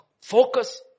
focus